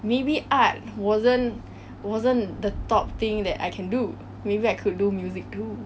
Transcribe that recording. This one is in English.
maybe art wasn't wasn't the top thing that I can do maybe I could do music too